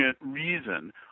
reason